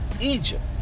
Egypt